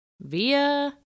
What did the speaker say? Via